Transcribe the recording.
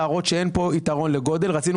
להראות שאין כאן יתרון לגודל אלא רצינו